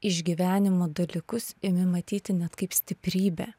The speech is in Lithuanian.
išgyvenimo dalykus imi matyti kaip stiprybę